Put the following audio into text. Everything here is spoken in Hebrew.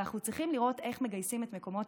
אנחנו צריכים לראות איך מגייסים את מקומות